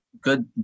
good